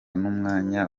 n’umwanya